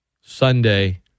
Sunday